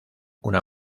una